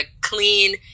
clean